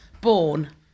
Born